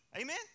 Amen